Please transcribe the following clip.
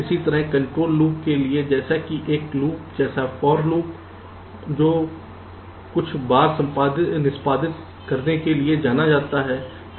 इसी तरह control loop के लिए जैसे कि एक लूप जैसे for लूप जो कुछ बार निष्पादित करने के लिए जाना जाता है